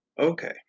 okay